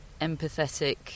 empathetic